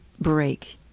break.